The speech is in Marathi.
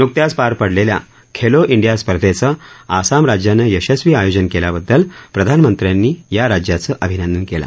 नुकत्याच पार पडलेल्या खेलो इंडिया स्पर्धेचं आसाम राज्यानं यशस्वी आयोजन केल्याबद्दल प्रधानमंत्र्यांनी या राज्याचं अभिनंदन केलं